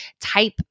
type